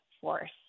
force